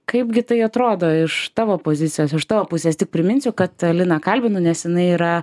kaipgi tai atrodo iš tavo pozicijos iš tavo pusės tik priminsiu kad liną kalbinu nes jinai yra